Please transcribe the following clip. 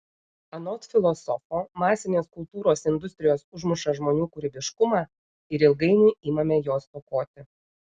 anot filosofo masinės kultūros industrijos užmuša žmonių kūrybiškumą ir ilgainiui imame jo stokoti